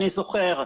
אני זוכר,